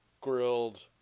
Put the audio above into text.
grilled